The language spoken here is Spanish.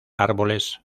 árboles